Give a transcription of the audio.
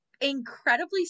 incredibly